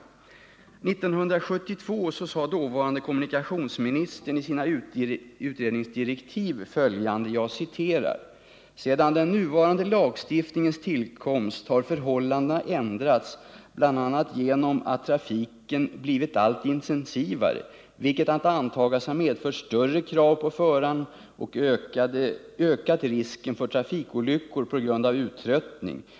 År 1972 uttalade dåvarande kommunikationsministern i sina utredningsdirektiv följande: ”Sedan den nuvarande lagstiftningens tillkomst har förhållandena ändrats bl.a. genom att trafiken blivit allt intensivare, vilket kan antagas ha medfört större krav på förarna och ökat riskerna för trafikolyckor på grund av uttröttning.